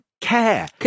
care